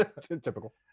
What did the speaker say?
typical